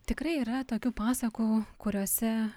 tikrai yra tokių pasakų kuriose